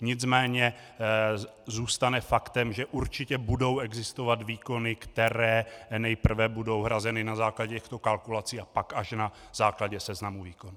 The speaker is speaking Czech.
Nicméně zůstane faktem, že určitě budou existovat výkony, které nejprve budou hrazeny na základě těchto kalkulací a pak až na základě seznamu výkonů.